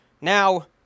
Now